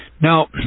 Now